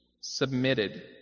submitted